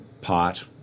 pot